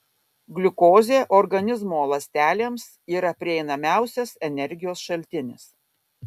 gliukozė organizmo ląstelėms yra prieinamiausias energijos šaltinis